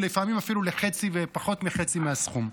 ולפעמים אפילו לחצי ופחות מחצי מהסכום?